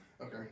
Okay